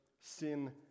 sin